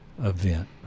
event